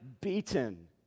beaten